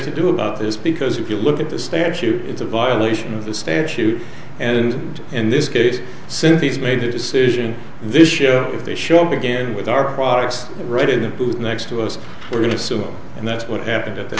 to do about this because if you look at the statute it's a violation of the statute and in this case since he's made a decision this year if they show up again with our products right in the booth next to us we're going to sue them and that's what happened